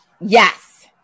Yes